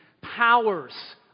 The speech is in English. powers